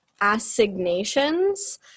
assignations